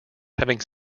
having